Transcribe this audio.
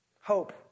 Hope